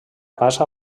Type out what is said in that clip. passa